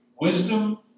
wisdom